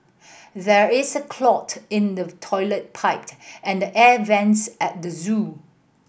there is a clot in the toilet pipe and the air vents at the zoo